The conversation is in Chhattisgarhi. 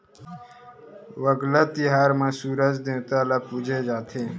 वांगला तिहार म सूरज देवता ल पूजे जाथे